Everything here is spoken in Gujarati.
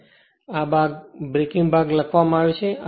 જે આ બાજુ બ્રેકિંગ ભાગ લખવામાં આવ્યો છે